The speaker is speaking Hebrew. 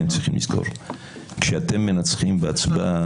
כשאתם מנצחים בהצבעה,